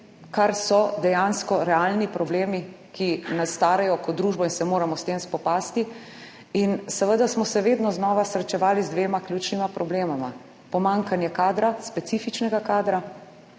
kar so dejansko realni problemi, ki nas starajo kot družbo in se moramo s tem spopasti. In seveda smo se vedno znova srečevali z dvema ključnima problemoma, pomanjkanje kadra, specifičnega kadra.